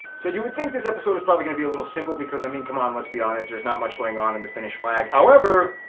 so you would think this episode is probably gonna be a little simple because, i mean. c'mon, let's be honest there's not much going on on and the finnish flag however!